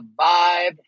vibe